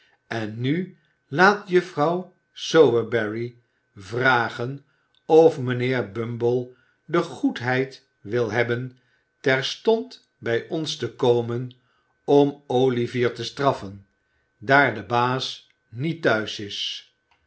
en nu laat juffrouw sowerberry vragen of mijnheer bumble de goedheid wil hebben terstond bij ons te komen om olivier te straffen daar de baas niet thuis is